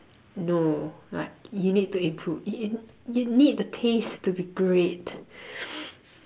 no like you need to improve you you need the taste to be great